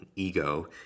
ego